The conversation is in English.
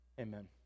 Amen